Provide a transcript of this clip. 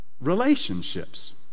relationships